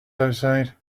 outside